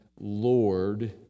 Lord